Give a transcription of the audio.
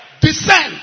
Descend